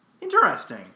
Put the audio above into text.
Interesting